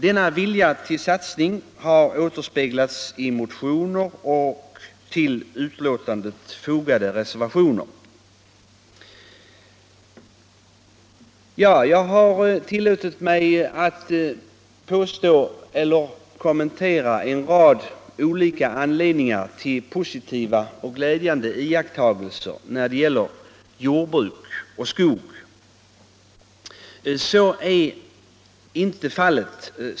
Denna vilja till satsning återspeglas i motioner och i till betänkandet fogade reservationer. Jag har tillåtit mig att kommentera en rad olika anledningar till positiva och glädjande iakttagelser när det gäller jordbruk och skogsbruk.